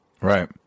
Right